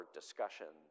discussion